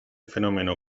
fenómeno